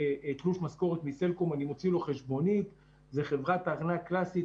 תלוש משכורת מסלקום אני מוציא חשבונית זאת חברת ארנק קלסית.